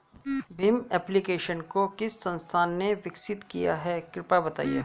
Bhim application को किस संस्था ने विकसित किया है कृपया बताइए?